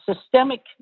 systemic